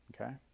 Okay